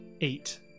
eight